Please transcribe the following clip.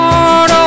Lord